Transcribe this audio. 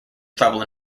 trouble